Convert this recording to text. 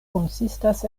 konsistas